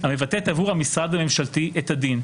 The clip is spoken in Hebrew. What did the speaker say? המבטאת עבור המשרד הממשלתי את הדין,